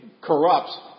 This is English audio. corrupts